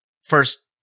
First